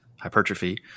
hypertrophy